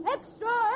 Extra